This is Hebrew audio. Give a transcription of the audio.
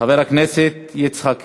חבר הכנסת יצחק הרצוג.